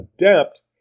adapt